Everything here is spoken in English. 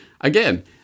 Again